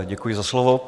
Děkuji za slovo.